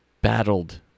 battled